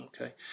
Okay